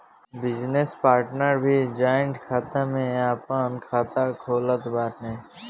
business partner भी joint खाता में आपन खाता खोलत बाने